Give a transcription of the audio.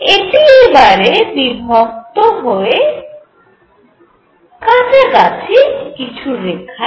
এটি এবারে বিভক্ত হবে কাছাকাছি কিছু রেখায়